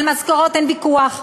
על משכורות אין ויכוח,